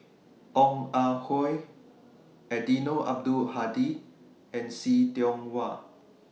Ong Ah Hoi Eddino Abdul Hadi and See Tiong Wah